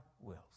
wills